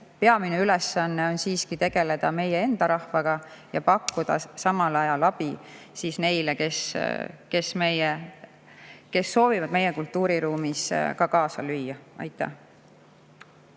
Peamine ülesanne on siiski tegeleda meie oma rahvaga, aga samal ajal pakkuda abi neile, kes soovivad meie kultuuriruumis kaasa lüüa. Aitäh